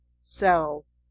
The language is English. cells